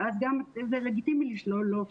ואז גם זה לגיטימי לשלול לו זכויות.